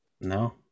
No